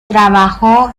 trabajó